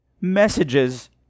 messages